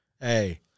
Hey